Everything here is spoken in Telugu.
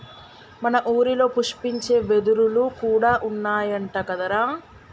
మన ఊరిలో పుష్పించే వెదురులు కూడా ఉన్నాయంట కదరా